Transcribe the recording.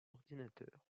ordinateur